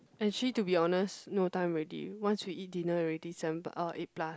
actually to be honest no time already once we eat dinner already seven pl~ uh eight plus